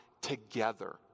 together